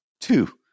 Two